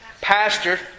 Pastor